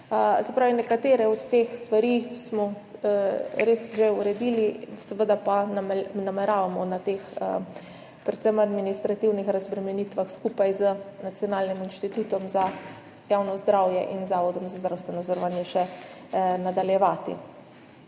pravi, nekatere od teh stvari smo res že uredili, seveda pa nameravamo predvsem na administrativnih razbremenitvah skupaj z Nacionalnim inštitutom za javno zdravje in Zavodom za zdravstveno zavarovanje še nadaljevati.